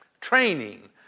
training